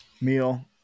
meal